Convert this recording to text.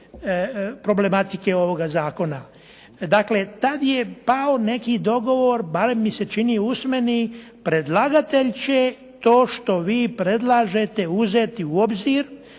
problematike ovoga zakona. Dakle, tad je pao neki dogovor, bar mi se čini usmeni, predlagatelj će to što vi predlažete uzeti u obzir